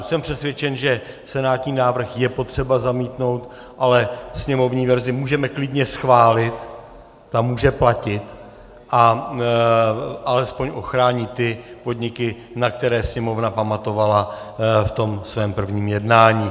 Jsem přesvědčen, že senátní návrh je potřeba zamítnout, ale sněmovní verzi můžeme klidně schválit, ta může platit a alespoň ochrání ty podniky, na které Sněmovna pamatovala v tom svém prvním jednání.